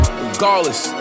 regardless